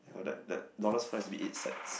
that that dollars coin has to be eight sides